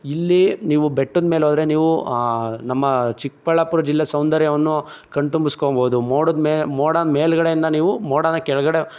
ಇಲ್ಲಿ ನೀವು ಬೆಟ್ಟದ್ಮೇಲೆ ಹೋದರೆ ನೀವು ನಮ್ಮ ಚಿಕ್ಕಬಳ್ಳಾಪುರ ಜಿಲ್ಲೆ ಸೌಂದರ್ಯವನ್ನು ಕಣ್ತುಂಬುಸ್ಕೋಬಹುದು ಮೋಡದ ಮೇ ಮೋಡದ ಮೇಲುಗಡೆಯಿಂದ ನೀವು ಮೋಡನ ಕೆಳಗಡೆ